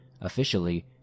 Officially